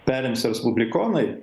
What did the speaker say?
perims respublikonai